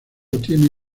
tiene